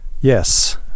yes